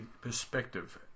perspective